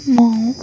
ମୁଁ